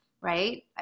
right